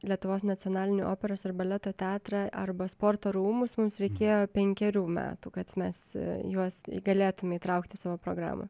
lietuvos nacionalinį operos ir baleto teatrą arba sporto rūmus mums reikėjo penkerių metų kad mes juos galėtume įtraukti į savo programą